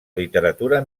literatura